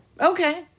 Okay